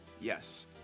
yes